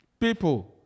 people